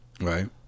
Right